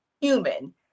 human